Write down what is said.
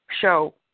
show